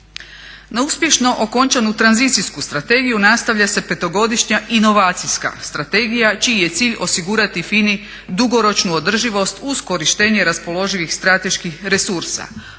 Na uspješno okončanu tranzicijsku strategiju nastavlja se petogodišnja inovacijska strategija čiji je cilj osigurati FINA-i dugoročnu održivost uz korištenje raspoloživih strateških resursa.